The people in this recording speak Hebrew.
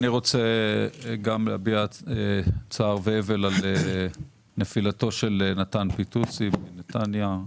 גם אני רוצה להביע צער ואבל על נפילתו של נתן פיטוסי מנתניה,